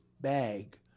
bag